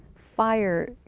fire.